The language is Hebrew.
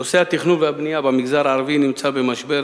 נושא התכנון והבנייה במגזר הערבי נמצא במשבר